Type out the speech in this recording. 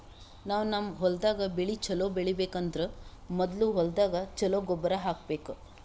ನಾವ್ ನಮ್ ಹೊಲ್ದಾಗ್ ಬೆಳಿ ಛಲೋ ಬೆಳಿಬೇಕ್ ಅಂದ್ರ ಮೊದ್ಲ ಹೊಲ್ದಾಗ ಛಲೋ ಗೊಬ್ಬರ್ ಹಾಕ್ಬೇಕ್